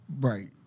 Right